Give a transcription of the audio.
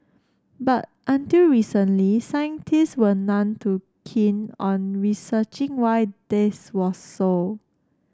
but until recently scientist were none too keen on researching why this was so